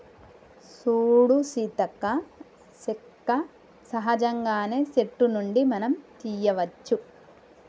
సూడు సీతక్క సెక్క సహజంగానే సెట్టు నుండి మనం తీయ్యవచ్చు